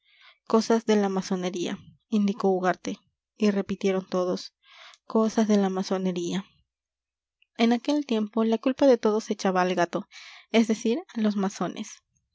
cosas de la masonería indicó ugarte y repitieron todos cosas de la masonería en aquel tiempo la culpa de todo se echaba al gato es decir a los masones